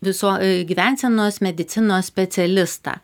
visuo gyvensenos medicinos specialistą